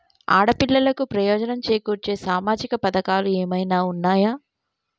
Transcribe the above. ఆడపిల్లలకు ప్రయోజనం చేకూర్చే సామాజిక పథకాలు ఏమైనా ఉన్నయా?